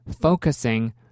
focusing